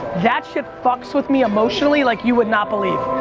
that shit fucks with me emotionally like you would not believe.